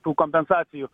tų kompensacijų